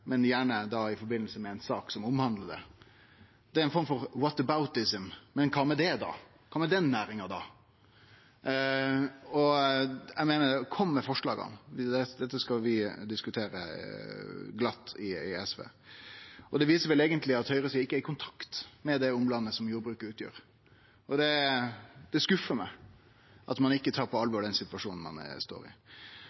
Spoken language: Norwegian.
i forbindelse med ei sak som omhandlar det. Det er ei form for «whataboutism»: Men kva med det, då? Kva med den næringa? Kom med forslaga, seier eg. Dette skal vi i SV glatt diskutere. Det viser vel eigentleg at høgresida ikkje er i kontakt med det omlandet som jordbruket utgjer, og det skuffar meg at ein ikkje tar på